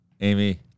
Amy